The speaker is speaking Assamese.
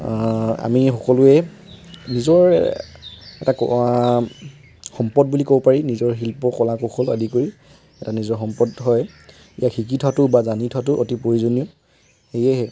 আমি সকলোৱে নিজৰ সম্পদ বুলি ক'ব পাৰি নিজৰ শিল্প কলা কৌশল আদি কৰি এটা নিজৰ সম্পদ হয় ইয়াক শিকি থোৱাটো বা জানি থোৱাটো অতি প্ৰয়োজনীয় সেয়েহে